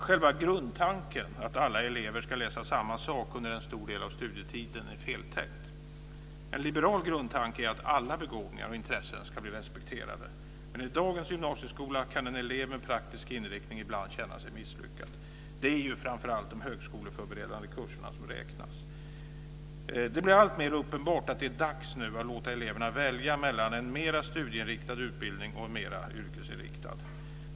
Själva grundtanken att alla elever ska läsa samma sak under en stor del av studietiden är feltänkt. En liberal grundtanke är att alla begåvningar och intressen ska bli respekterade, men i dagens gymnasieskola kan en elev med praktisk inriktning ibland känna sig misslyckad. Det är ju framför allt de högskoleförberedande kurserna som räknas. Det blir alltmer uppenbart att det nu är dags att låta eleverna välja mellan en mera studieinriktad utbildning och en mera yrkesinriktad.